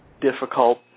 difficult